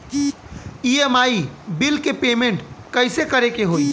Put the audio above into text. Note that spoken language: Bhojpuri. ई.एम.आई बिल के पेमेंट कइसे करे के होई?